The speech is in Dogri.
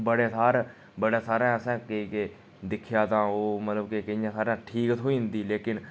बड़े थाह्र बड़े थाह्रें असें कि के दिक्खेआ तां ओह् मतलब कि केइयें थाह्रे ठीक थ्होई जंदी लेकिन